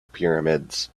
pyramids